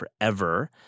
forever